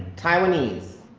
taiwanese?